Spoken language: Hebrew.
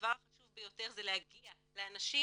הדבר החשוב ביותר זה להגיע לאנשים,